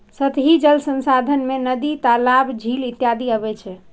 सतही जल संसाधन मे नदी, तालाब, झील इत्यादि अबै छै